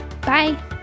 Bye